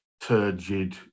turgid